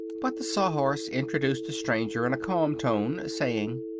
but the sawhorse introduced the stranger in a calm tone, saying,